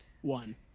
one